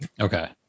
Okay